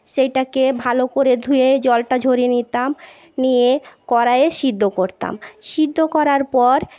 সেইটাকে ভালো করে ধুয়ে জলটা ঝরিয়ে নিতাম নিয়ে কড়াইয়ে সিদ্ধ করতাম সিদ্ধ করার পর